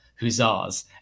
hussars